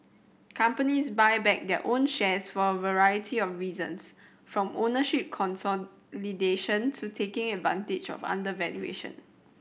companies buy back their own shares for a variety of reasons from ownership consolidation to taking advantage of undervaluation